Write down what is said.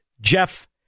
Jeff